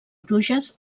bruges